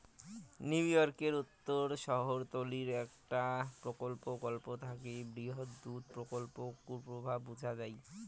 নিউইয়র্কের উত্তর শহরতলীর একটা প্রকল্পর গল্প থাকি বৃহৎ দুধ প্রকল্পর কুপ্রভাব বুঝা যাই